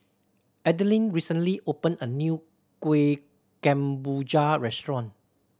Adeline recently opened a new Kuih Kemboja restaurant